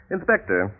Inspector